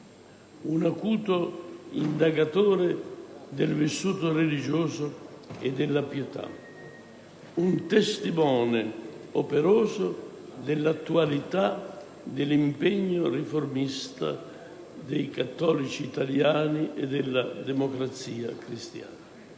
un acuto indagatore del vissuto religioso e della pietà; un testimone operoso dell'attualità e dell'impegno riformista dei cattolici italiani e della Democrazia cristiana.